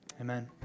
Amen